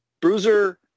bruiser